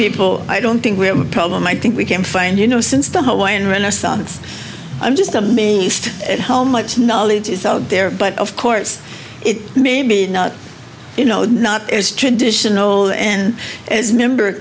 people i don't think we have a problem i think we can find you know since the hawaiian renaissance i'm just amazed at how much knowledge is out there but of course it may be you know not as traditional and as member